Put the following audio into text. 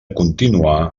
continuar